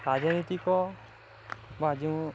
ରାଜନୀତିକ ବା ଯେଉଁ